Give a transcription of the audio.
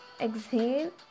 Exhale